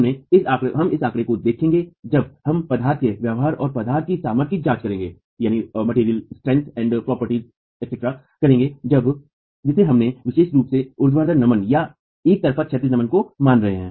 हमने इस आंकड़े को देखेंगेजब हम पदार्थ के व्यवहार और पदार्थ की सामर्थ्य की जांच करेंगे जिसे हम विशेष रूप से ऊर्ध्वाधर नमन या एक तरफा क्षैतिज नमन को मान रहे है